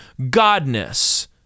godness